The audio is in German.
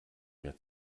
mehr